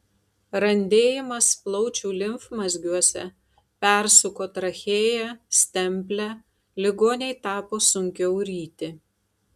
randėjimas plaučių limfmazgiuose persuko trachėją stemplę ligonei tapo sunkiau ryti